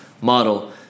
model